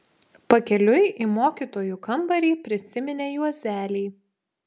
pakeliui į mokytojų kambarį prisiminė juozelį